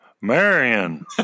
Marion